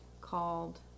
called